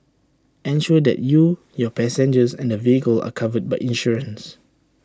ensure that you your passengers and vehicle are covered by insurance